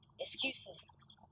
excuses